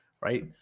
right